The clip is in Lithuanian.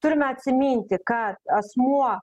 turime atsiminti ka asmuo